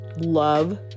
love